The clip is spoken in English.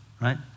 right